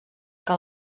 que